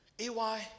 ay